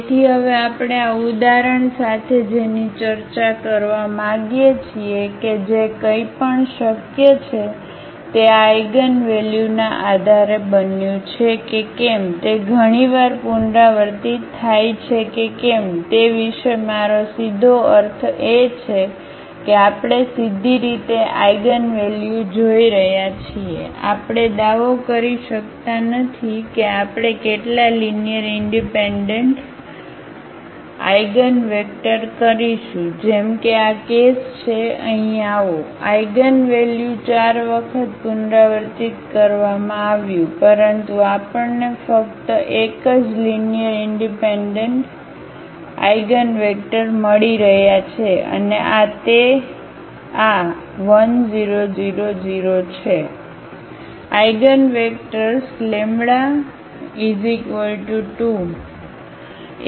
તેથી હવે આપણે આ ઉદાહરણ સાથે જેની ચર્ચા કરવા માંગીએ છીએ કે જે કંઈ પણ શક્ય છે તે આ આઇગનવેલ્યુના આધારે બન્યું છે કે કેમ તે ઘણી વાર પુનરાવર્તિત થાય છે કે કેમ તે વિશે મારો સીધો અર્થ એ છે કે આપણે સીધી રીતે આઇગનવેલ્યુ જોઈ રહ્યા છીએ આપણે દાવો કરી શકતા નથી કે આપણે કેટલા લીનીઅરઇનડિપેન્ડન્ટ આઇગનવેક્ટર કરીશું જેમ કે આ કેસ છે અહીં આવો આઇગનવેલ્યુ 4 વખત પુનરાવર્તિત કરવામાં આવ્યું પરંતુ આપણને ફક્ત એક જ લીનીઅરઇનડિપેન્ડન્ટ આઇગનવેક્ટર મળી રહ્યા છે અને આ તે આ 1 0 0 0 છે